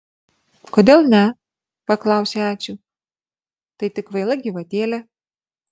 kodėl ne paklausė ačiū tai tik kvaila gyvatėlė